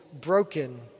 broken